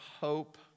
hope